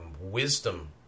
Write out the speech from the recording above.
wisdom